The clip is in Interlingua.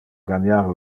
ganiar